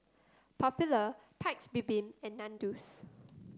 Popular Paik's Bibim and Nandos